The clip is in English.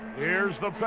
here's the